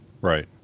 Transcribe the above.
right